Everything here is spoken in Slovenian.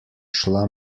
šla